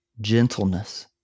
gentleness